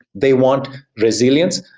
they want resilience,